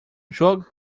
joga